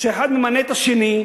שהאחד ממנה את השני,